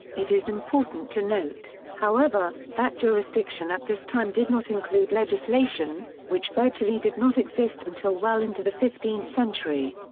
it is important to note, however, however, that jurisdiction at this time did not include legislation, which virtually did not exist until well into the fifteenth century.